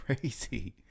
crazy